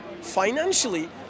financially